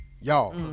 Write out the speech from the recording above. Y'all